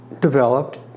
developed